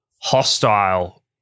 hostile